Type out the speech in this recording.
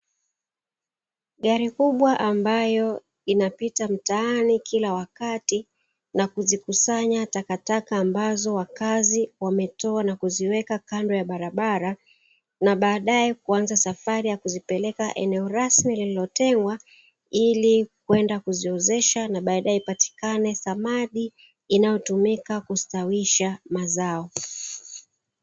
Gari makubwa ambayo inapita mtaani kila wakati na kuzikusanya takataka ambazo wakazi wametoa na kuziweka kando ya barabara, na baadaye kuanza safari ya kuzipeleka eneo rasmi lililotengwa ili kwenda kuziozesha, na baadaye ipatikane samadi inayotumika kustawisha mazao.